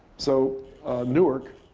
so newark,